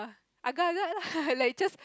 agar agar [la] like just